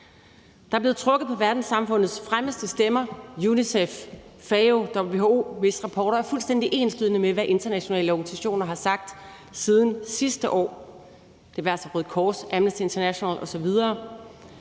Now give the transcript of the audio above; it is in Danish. Der er blevet trukket på verdenssamfundets fremmeste stemmer, UNICEF, FAO og WHO, hvis rapporter er fuldstændig enslydende med, hvad internationale organisationer har sagt siden sidste år – det være sig Røde Kors, Amnesty International osv.